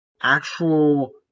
actual